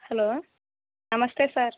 hello నమస్తే sir